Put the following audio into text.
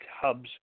hubs